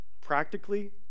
practically